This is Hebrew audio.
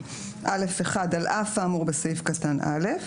(א1) על אף האמור בסעיף קטן (א),